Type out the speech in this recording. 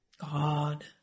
God